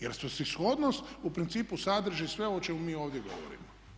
Jer svrsishodnost u principu sadrži sve ovo o čemu mi ovdje govorimo.